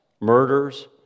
murders